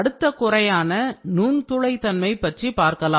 அடுத்த குறையான நுண்துளை தன்மை பற்றி பார்க்கலாம்